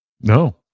no